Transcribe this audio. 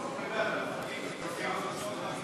חוק ומשפט בדבר פיצול הצעת חוק הכשרות